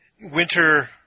Winter